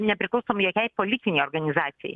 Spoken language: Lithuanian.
nepriklausom jokiai politinei organizacijai